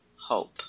Hope